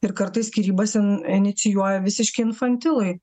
ir kartais skyrybas inicijuoja visiški infantilai